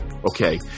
okay